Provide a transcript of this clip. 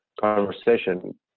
conversation